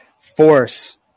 force